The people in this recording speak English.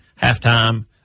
halftime